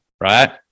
right